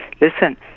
listen